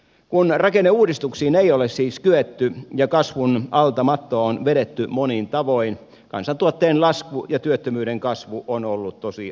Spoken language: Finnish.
kun rakenneuudistuksiin ei ole siis kyetty ja kasvun alta matto on vedetty monin tavoin kansantuotteen lasku ja työttömyyden kasvu on ollut tosiasia